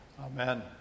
Amen